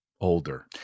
Older